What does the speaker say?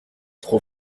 trop